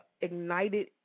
ignited